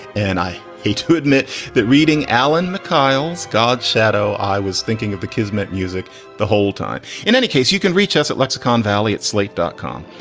and i hate to admit that reading alan mikael's god shadow, i was thinking of the kismet music the whole time. in any case, you can reach us at lexicon valley, at slate dotcom,